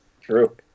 True